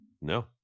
No